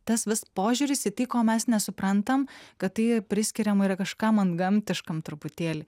tas vis požiūris į tai ko mes nesuprantam kad tai priskiriama yra kažkam antgamtiškam truputėlį